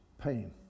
pain